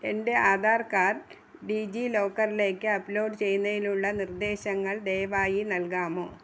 എൻ്റെ ആധാർ കാർഡ് ഡിജിലോക്കറിലേക്ക് അപ്പ്ലോഡ് ചെയ്യുന്നതിനുള്ള നിർദ്ദേശങ്ങൾ ദയവായി നൽകാമോ